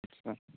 আচ্ছা